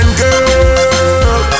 girl